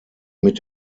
mit